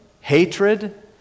hatred